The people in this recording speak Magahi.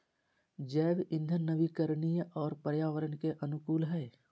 जैव इंधन नवीकरणीय और पर्यावरण के अनुकूल हइ